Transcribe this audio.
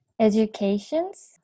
educations